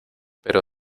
pero